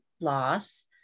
loss